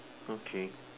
okay